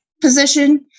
position